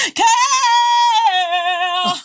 care